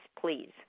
please